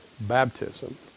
baptism